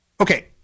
Okay